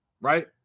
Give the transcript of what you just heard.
right